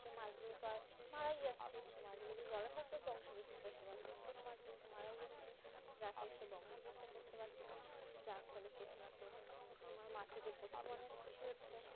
সে মাছগুলো তো আর মারাই যাচ্ছে সে মাছগুলো যদি জলে থাকতো বংশ বিস্তার করতে পারতো ছোটো মাছগুলো তো মারাই যাচ্ছে যার ফলে সে বংশ বিস্তার করতে পারছে না যার ফলে প্রথমত তোমার মাছেদের প্রচুর অনেক ক্ষতি হচ্ছে